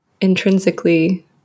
intrinsically